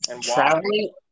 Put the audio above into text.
Traveling